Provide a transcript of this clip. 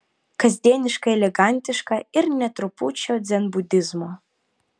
kasdieniškai elegantiška ir nė trupučio dzenbudizmo